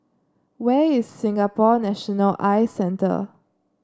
where is Singapore National Eye Centre